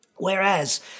Whereas